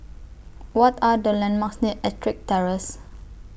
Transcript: What Are The landmarks near Ettrick Terrace